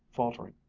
faltering,